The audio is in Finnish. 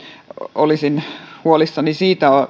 olisin huolissani siitä